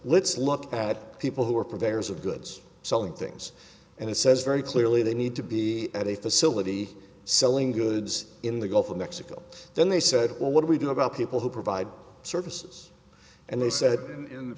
let's look at people who are purveyors of goods selling things and it says very clearly they need to be at a facility selling goods in the gulf of mexico then they said well what we do about people who provide services and they said